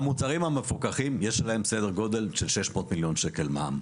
המוצרים המפוקחים יש להם סדר גודל של 600 מיליון שקל מע"מ.